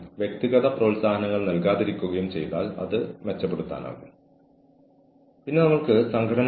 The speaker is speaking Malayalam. ആ വ്യക്തിയ്ക്കെതിരെ കോടതിയിൽ എന്തെങ്കിലും കേസുകൾ നിലവിലുണ്ടോ